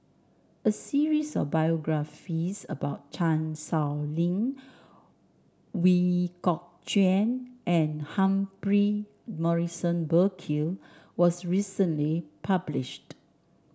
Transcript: a series of biographies about Chan Sow Lin Ooi Kok Chuen and Humphrey Morrison Burkill was recently published